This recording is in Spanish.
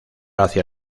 hacia